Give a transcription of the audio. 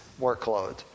workload